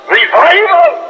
revival